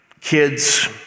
kids